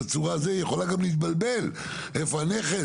היא יכולה גם להתבלבל איפה הנכס,